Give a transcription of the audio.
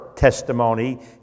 testimony